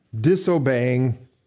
disobeying